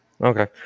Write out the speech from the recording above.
Okay